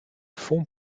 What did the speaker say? fonds